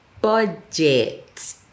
budget